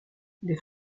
les